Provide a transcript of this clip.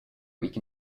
week